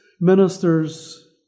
ministers